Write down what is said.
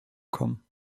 kommen